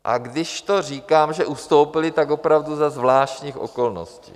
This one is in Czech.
A když to říkám, že ustoupili, tak opravdu za zvláštních okolností.